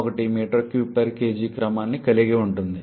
001 m3kg క్రమాన్ని కలిగి ఉంటుంది